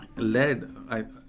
led